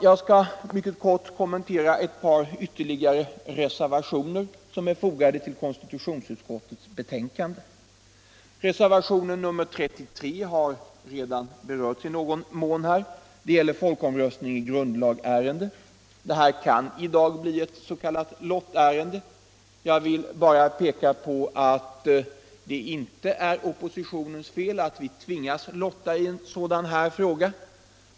Jag skall mycket kort kommentera ytterligare ett par reservationer som är fogade till konstitutionsutskottets betänkande. Reservationen 33 har redan berörts i någon mån här. Den gäller folkomröstning i grundlagsärende. Detta kan i dag bli ett lottärende. Jag vill bara peka på att det inte är oppositionens fel att vi tvingas lotta i en sådan fråga.